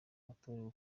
watorewe